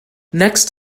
next